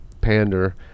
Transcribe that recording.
pander